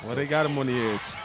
they got him on the edge.